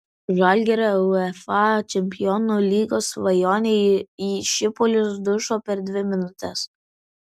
žalgirio uefa čempionų lygos svajonė į šipulius dužo per dvi minutes